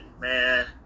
man